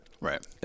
Right